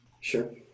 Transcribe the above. Sure